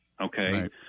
Okay